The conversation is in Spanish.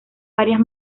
varias